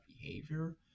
behavior